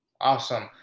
Awesome